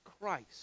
Christ